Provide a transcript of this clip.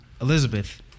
Elizabeth